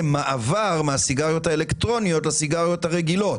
מעבר מהסיגריות האלקטרוניות לסיגריות הרגילות?